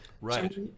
Right